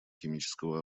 химического